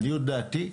לעניות דעתי,